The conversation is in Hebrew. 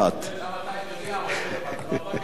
השאלה מתי מגיע מוצאי-השבת.